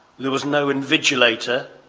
there was no invigilator.